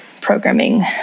programming